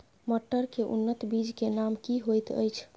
मटर के उन्नत बीज के नाम की होयत ऐछ?